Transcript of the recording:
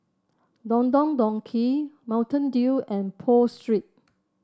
Don Don Donki Mountain Dew and Pho Street